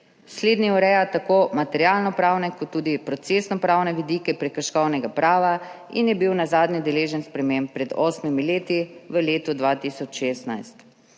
Slednji ureja tako materialnopravne kot tudi procesnopravne vidike prekrškovnega prava in je bil nazadnje deležen sprememb pred osmimi leti v letu 2016.